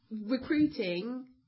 Recruiting